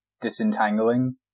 disentangling